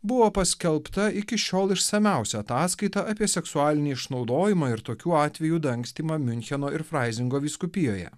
buvo paskelbta iki šiol išsamiausia ataskaita apie seksualinį išnaudojimą ir tokių atvejų dangstymą miuncheno ir fraizingo vyskupijoje